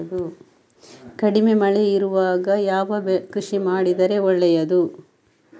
ಕಡಿಮೆ ಮಳೆ ಇರುವಾಗ ಯಾವ ಕೃಷಿ ಮಾಡಿದರೆ ಒಳ್ಳೆಯದು?